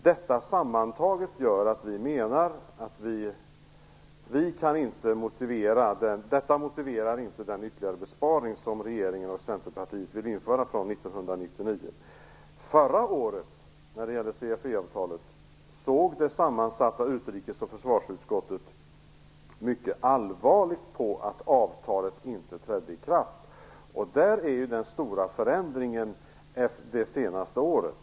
Detta sammantaget gör att vi menar att det här inte motiverar den ytterligare besparing som regeringen och Centerpartiet vill införa, att gälla från 1999. Förra året såg det sammansatta utrikes och försvarsutskottet mycket allvarligt på att CFE-avtalet inte trädde i kraft. Däri ligger den stora förändringen det senaste året.